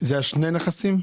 אלה שני הנכסים?